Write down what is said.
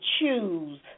choose